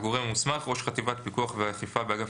"הגורם המוסמך" - ראש חטיבת פיקוח ואכיפה באגף